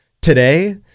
today